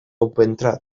opentrad